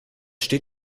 steht